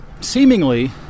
seemingly